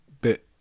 bit